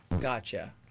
Gotcha